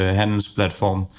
handelsplatform